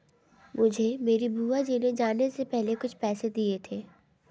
मुझे मेरी बुआ जी ने जाने से पहले कुछ पैसे दिए थे